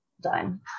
done